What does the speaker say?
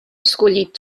escollit